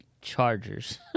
Chargers